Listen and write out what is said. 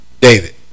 David